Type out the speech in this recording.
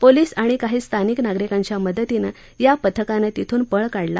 police आणि काही स्थानिक नागरिकांच्या मदतीनं या पथकानं तिथून पळ काढला